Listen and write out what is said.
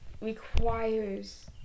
requires